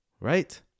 Right